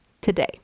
today